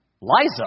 Liza